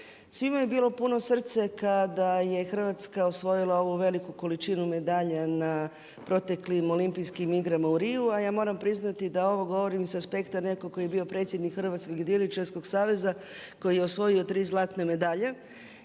Svima je bilo puno srce kada je Hrvatska osvojila ovu veliku količinu medalja na proteklim Olimpijskim igrama u Riu, a ja moram priznati da ovo govorim sa aspekta netko tko je bio predsjednik Hrvatskog jedriličarskog saveza koji je osvojio tri zlatne medalje